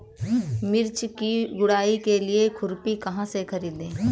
मिर्च की गुड़ाई के लिए खुरपी कहाँ से ख़रीदे?